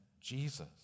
Jesus